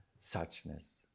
suchness